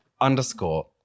underscore